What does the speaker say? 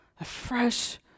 afresh